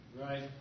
Right